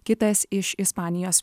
kitas iš ispanijos